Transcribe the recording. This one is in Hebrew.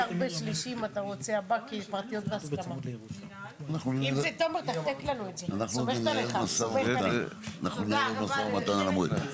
הישיבה ננעלה בשעה 14:25.